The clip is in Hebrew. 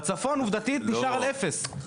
בצפון, עובדתית, נשאר על אפס.